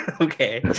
Okay